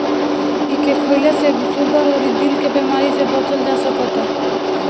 एके खईला से सुगर अउरी दिल के बेमारी से बचल जा सकता